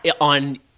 on